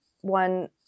one